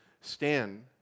stand